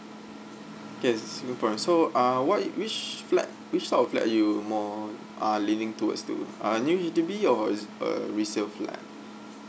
okay singaporean so err what i~ which flat which type of flat you more err leaning towards to err new H_D_B or is a resale flat